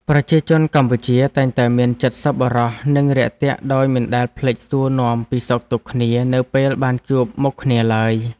ប្រជាជនកម្ពុជាតែងតែមានចិត្តសប្បុរសនិងរាក់ទាក់ដោយមិនដែលភ្លេចសួរនាំពីសុខទុក្ខគ្នានៅពេលបានជួបមុខគ្នាឡើយ។